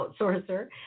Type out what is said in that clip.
outsourcer